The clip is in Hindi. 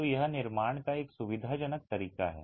तो यह निर्माण का एक सुविधाजनक तरीका है